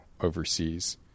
overseas